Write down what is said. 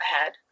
ahead